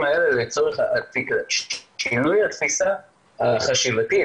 האלה לצורך שינוי התפיסה החשיבתית,